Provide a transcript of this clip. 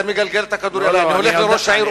אתה מגלגל את הכדור אלי והולך לראש העיר,